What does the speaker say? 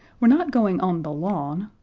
we're not going on the lawn.